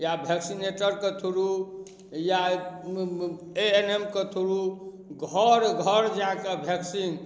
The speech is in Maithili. या वैक्सीनेटरके थ्रू या ए एन एम के थ्रू घरघर जाकऽ वैक्सीन